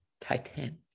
titan